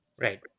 Right